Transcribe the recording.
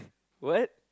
what